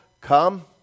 come